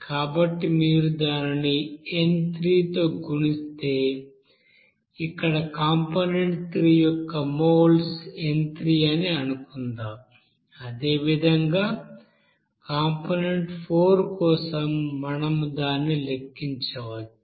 కాబట్టి మీరు దానిని n3 తో గుణిస్తే ఇక్కడ కాంపోనెంట్ 3 యొక్క మోల్స్ n3 అని అనుకుందాం అదేవిధంగా కాంపోనెంట్ 4 కోసం మనం దానిని లెక్కించవచ్చు